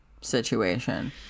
situation